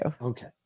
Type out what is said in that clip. Okay